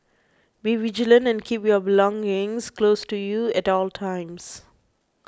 be vigilant and keep your belongings close to you at all times